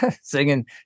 singing